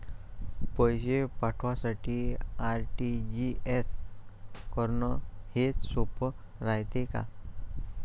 पैसे पाठवासाठी आर.टी.जी.एस करन हेच सोप रायते का?